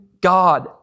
God